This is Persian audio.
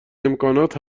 امکانات